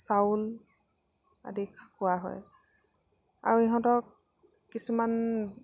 চাউল আদি খোৱা হয় আৰু ইহঁতক কিছুমান